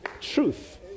Truth